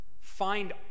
Find